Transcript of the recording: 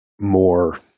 more